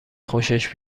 خوشش